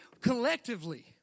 collectively